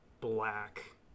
black